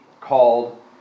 called